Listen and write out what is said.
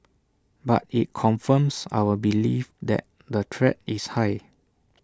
but IT confirms our belief that the threat is high